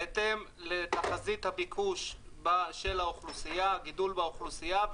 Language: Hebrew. בהתאם לתחזית הביקוש של האוכלוסייה,